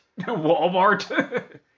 Walmart